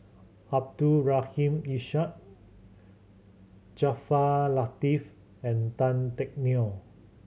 Abdul Rahim Ishak Jaafar Latiff and Tan Teck Neo